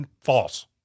False